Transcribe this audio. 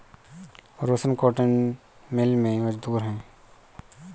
रोशन cotton mill में मजदूर है